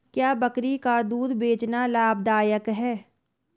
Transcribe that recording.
क्या बकरी का दूध बेचना लाभदायक है?